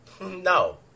No